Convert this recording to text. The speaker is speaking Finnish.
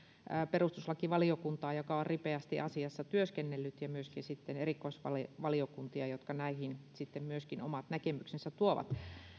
perustuslakivaliokuntaa joka on ripeästi asiassa työskennellyt ja myöskin erikoisvaliokuntia jotka näihin myöskin omat näkemyksensä tuovat